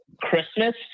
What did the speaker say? Christmas